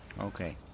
Okay